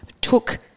took